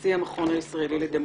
נשיא המכון הישראלי לדמוקרטיה.